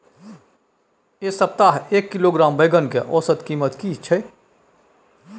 ऐ सप्ताह एक किलोग्राम बैंगन के औसत कीमत कि हय?